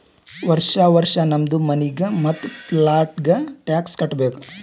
ವರ್ಷಾ ವರ್ಷಾ ನಮ್ದು ಮನಿಗ್ ಮತ್ತ ಪ್ಲಾಟ್ಗ ಟ್ಯಾಕ್ಸ್ ಕಟ್ಟಬೇಕ್